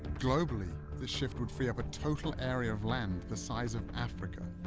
globally, this shift would free up a total area of land the size of africa,